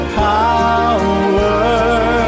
power